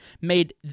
made